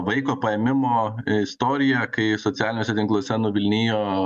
vaiko paėmimo istorija kai socialiniuose tinkluose nuvilnyjo